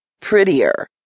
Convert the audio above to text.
prettier